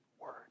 Word